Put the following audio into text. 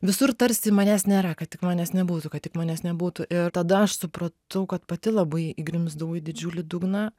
visur tarsi manęs nėra kad tik manęs nebūtų kad tik manęs nebūtų ir tada aš supratau kad pati labai įgrimzdau į didžiulį dugną